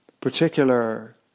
particular